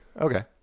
Okay